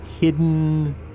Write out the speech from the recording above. hidden